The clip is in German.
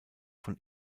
von